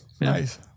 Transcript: Nice